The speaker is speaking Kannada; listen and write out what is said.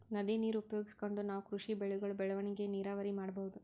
ನದಿ ನೀರ್ ಉಪಯೋಗಿಸ್ಕೊಂಡ್ ನಾವ್ ಕೃಷಿ ಬೆಳೆಗಳ್ ಬೆಳವಣಿಗಿ ನೀರಾವರಿ ಮಾಡ್ಬಹುದ್